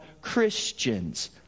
Christians